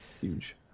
huge